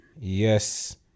Yes